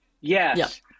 yes